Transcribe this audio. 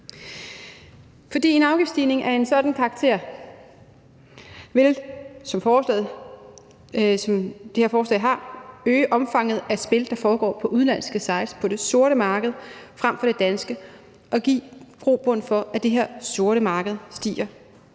for en afgiftsstigning med en sådan karakter, som det her forslag har, vil øge omfanget af spil, der foregår på udenlandske sites på det sorte marked frem for det danske, og give grobund for, at det her sorte marked stiger